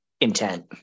intent